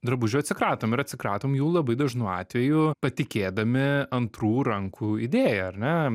drabužių atsikratom ir atsikratom jų labai dažnu atveju patikėdami antrų rankų idėja ar ne